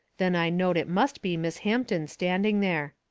then i knowed it must be miss hampton standing there.